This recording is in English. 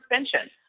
suspension